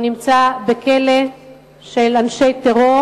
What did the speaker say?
והוא נמצא בכלא של אנשי טרור